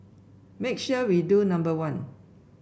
make sure we do number one